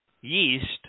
yeast